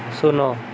ଶୂନ